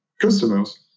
customers